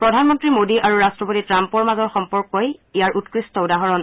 প্ৰধানমন্ত্ৰী মোডী আৰু ৰাট্টপতি ট্ৰাম্পৰ মাজৰ সম্পৰ্কই ইয়াৰ উৎকৃষ্ট উদাহৰণ